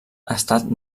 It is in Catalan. estat